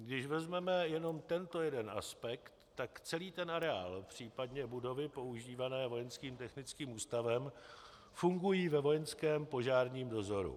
Když vezmeme jenom tento jeden aspekt, tak celý ten areál, případně budovy používané Vojenským technickým ústavem fungují ve vojenském požárním dozoru.